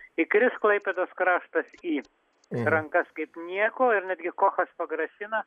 įkris klaipėdos kraštas į rankas kaip nieko ir netgi kochas pagrasina